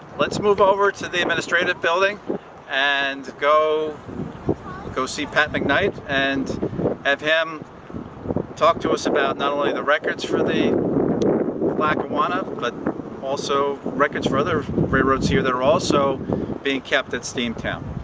let's move over to the administrative building and go go see pat mcknight and have him talk to us about not only the records for the lackawanna but also records for other railroads here that are also being kept at steamtown.